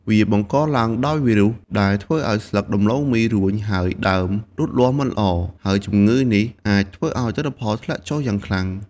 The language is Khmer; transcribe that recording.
វាបង្កឡើងដោយវីរុស ដែលធ្វើឱ្យស្លឹកដំឡូងមីរួញ ហើយដើមលូតលាស់មិនល្អ ហើយជំងឺនេះអាចធ្វើឱ្យទិន្នផលធ្លាក់ចុះយ៉ាងខ្លាំង។